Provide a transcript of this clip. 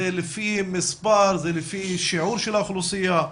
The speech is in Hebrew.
זה לפי מספר, זה לפי שיעור של האוכלוסייה?